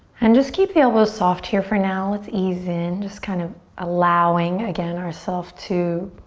and just keep the elbows soft here for now. let's ease in. just kind of allowing, again, ourself to